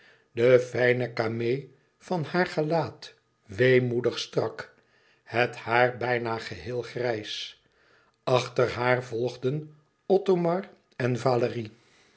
de fijne camée van haar gelaat weemoedig strak het haar bijna geheel grijs achter haar volgden othomar en valérie